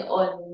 on